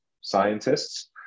scientists